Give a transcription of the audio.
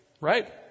Right